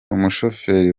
umushoferi